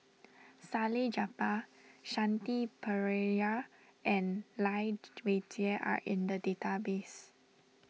Salleh Japar Shanti Pereira and Lai Weijie are in the database